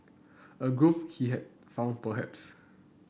a groove he had found perhaps